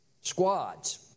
squads